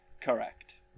Correct